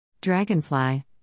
Dragonfly